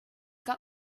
got